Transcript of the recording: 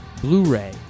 Blu-ray